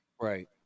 Right